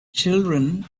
children